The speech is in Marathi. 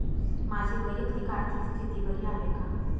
माझी वैयक्तिक आर्थिक स्थिती बरी आहे का?